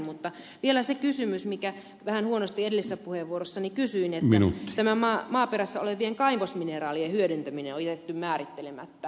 mutta vielä kysymys minkä vähän huonosti edellisessä puheenvuorossani esitin että tämä maaperässä olevien kaivosmineraalien hyödyntäminen on jätetty määrittelemättä